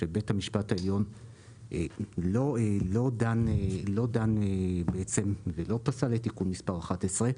שבית המשפט העליון לא דן ולא --- תיקון מס' 11,